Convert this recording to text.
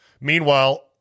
Meanwhile